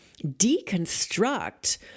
deconstruct